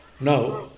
Now